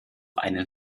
einen